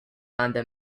under